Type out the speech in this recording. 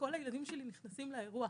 בשעה שכל הילדים שלי נכנסים לאירוע.